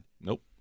Nope